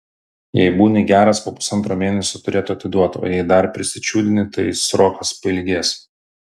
jei būni geras po pusantro mėnesio turėtų atiduot o jei dar prisičiūdini tai srokas pailgės